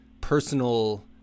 personal